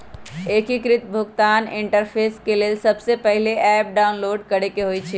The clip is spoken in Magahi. एकीकृत भुगतान इंटरफेस के लेल सबसे पहिले ऐप डाउनलोड करेके होइ छइ